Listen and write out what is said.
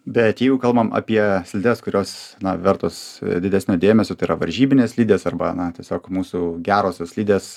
bet jeigu kalbam apie slides kurios vertos didesnio dėmesio tai yra varžybinės slidės arba na tiesiog mūsų gerosios slidės